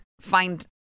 find